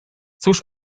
cóż